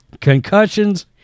concussions